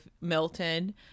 Milton